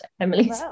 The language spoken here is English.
Emily